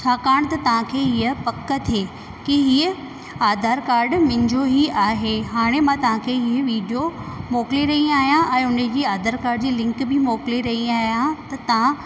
छाकाणि त तव्हांखे इहा पक थिए की हीअं आधार कार्ड मुंहिंजो ई आहे हाणे मां तव्हांखे इहो वीडियो मोकिले रही आहियां ऐं उन जी आधार कार्ड जी लिंक बि मोकिले रही आहियां त ता